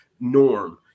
norm